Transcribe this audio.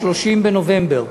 30 בנובמבר,